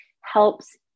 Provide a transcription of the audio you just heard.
helps